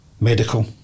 medical